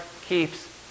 keeps